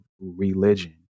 religion